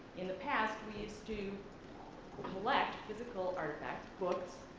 in the past we used to collect physical artifacts, books,